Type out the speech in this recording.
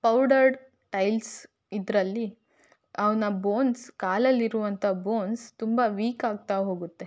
powdered tiles ಇದರಲ್ಲಿ ಅವನ bones ಕಾಲಲ್ಲಿರುವಂಥ ಬೋನ್ಸ್ ತುಂಬ ವೀಕ್ ಆಗ್ತಾ ಹೋಗುತ್ತೆ